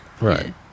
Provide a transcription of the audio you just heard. Right